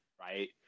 right